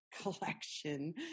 collection